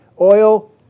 Oil